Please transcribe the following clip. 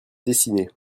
dessiner